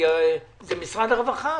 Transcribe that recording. זה הכול משרד הרווחה.